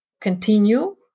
continue